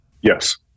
Yes